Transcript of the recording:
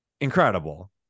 Incredible